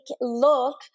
look